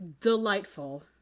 delightful